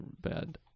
bad